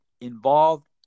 involved